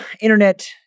internet